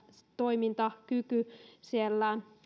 toimintakyky siellä